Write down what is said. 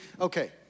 okay